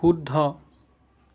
শুদ্ধ